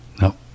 No